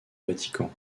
vatican